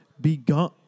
begun